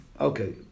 okay